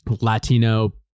Latino